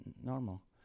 normal